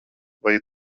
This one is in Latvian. vai